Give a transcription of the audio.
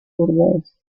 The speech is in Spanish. burdeos